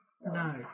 No